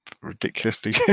ridiculously